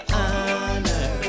honor